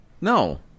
no